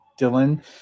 Dylan